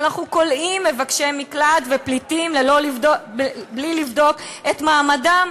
כשאנחנו כולאים מבקשי מקלט ופליטים בלי לבדוק את מעמדם,